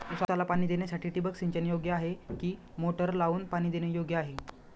ऊसाला पाणी देण्यासाठी ठिबक सिंचन योग्य कि मोटर लावून पाणी देणे योग्य आहे?